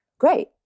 Great